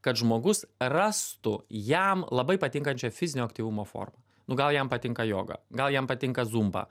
kad žmogus rastų jam labai patinkančią fizinio aktyvumo formą nu gal jam patinka joga gal jam patinka zumba